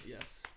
Yes